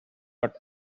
but